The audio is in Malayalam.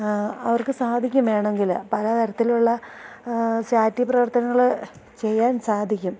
അവർക്ക് സാധിക്കും വേണമെങ്കില് പല തരത്തിലുള്ള ചാരിറ്റി പ്രവർത്തനങ്ങള് ചെയ്യാൻ സാധിക്കും